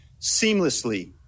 seamlessly